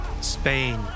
Spain